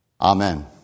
Amen